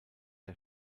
der